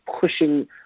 pushing